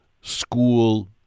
school